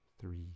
three